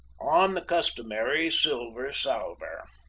on the customary silver salver?